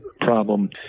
problem